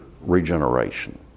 regeneration